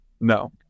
no